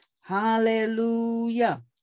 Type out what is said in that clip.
Hallelujah